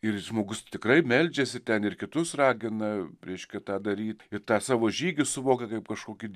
ir žmogus tikrai meldžiasi ten ir kitus ragina reiškia tą daryt ir tą savo žygį suvokia kaip kažkokį